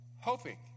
hoping